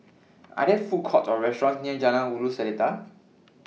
Are There Food Courts Or restaurants near Jalan Ulu Seletar